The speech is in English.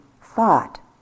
thought